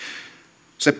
se